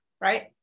Right